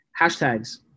hashtags